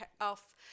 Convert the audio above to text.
off